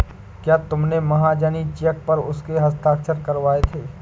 क्या तुमने महाजनी चेक पर उसके हस्ताक्षर करवाए थे?